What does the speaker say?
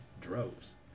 droves